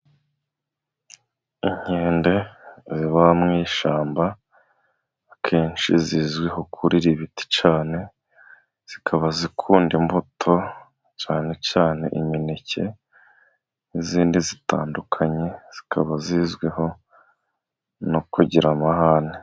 Inkende ziba mu ishyamba akenshi zizwiho kurira ibiti cyane, zikaba zikunda imbuto cyane cyane imineke n'izindi zitandukanye, zikaba zizwiho no kugira amahane.